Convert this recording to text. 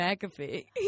McAfee